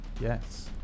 yes